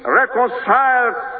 reconciled